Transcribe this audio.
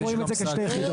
רואים את זה כשתי יחידות.